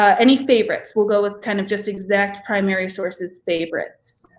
ah any favorites we'll go with kind of just exact primary sources favorites?